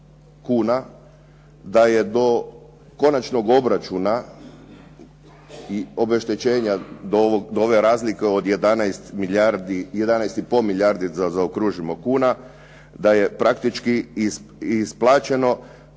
da je do konačnog obračuna i obeštećenja do ove razlike od 11,5 milijardi da zaokružimo kuna, da je praktički isplaćeno